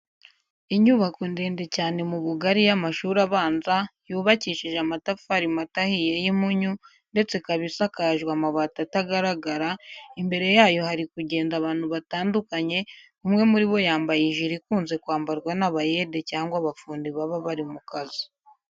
Inyubako ndende cyane mu bugari y'amashuri abanza, yubakishije amatafari mato ahiye y'impunyu ndetse ikaba isakajwe amabati atagaragara, imbere yayo hari kugenda abantu batandukanye, umwe muri bo yambaye ijire ikunze kwambarwa n'abayede cyangwa abafundi baba bari mu kazi.